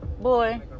Boy